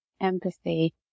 empathy